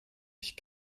ich